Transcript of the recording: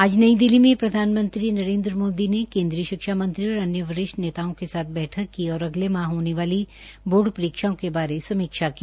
आज नई दिल्ली में प्रधानमंत्री नरेन्द्र मोदी ने केन्द्रीय शिक्षा मंत्री और अन्य वरिष्ठ नेताओं के साथ बैठक की और अलग माह होने वाली बोर्ड परीक्षाओं के बारे समीक्षा की